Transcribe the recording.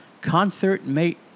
ConcertMate